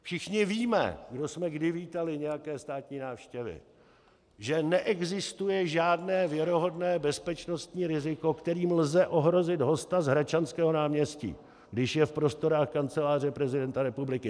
Všichni víme, kdo jsme kdy vítali nějaké státní návštěvy, že neexistuje žádné věrohodné bezpečnostní riziko, kterým lze ohrozit hosta z Hradčanského náměstí, když je v prostorách Kanceláře prezidenta republiky.